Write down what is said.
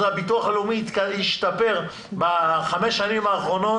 הביטוח הלאומי השתפר בחמש שנים האחרונות,